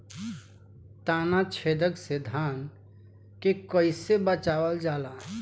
ताना छेदक से धान के कइसे बचावल जाला?